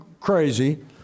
crazy